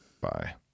Bye